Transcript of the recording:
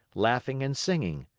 laughing and singing.